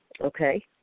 Okay